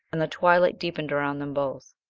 and the twilight deepened around them both.